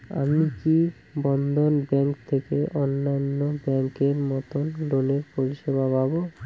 আমি কি বন্ধন ব্যাংক থেকে অন্যান্য ব্যাংক এর মতন লোনের পরিসেবা পাব?